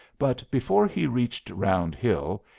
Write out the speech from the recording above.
but, before he reached round hill,